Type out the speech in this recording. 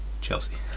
Chelsea